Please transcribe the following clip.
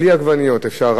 אפשר לקנות רק מלפפונים.